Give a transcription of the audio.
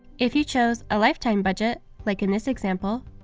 if you chose a lifetime budget, like in this example,